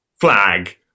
flag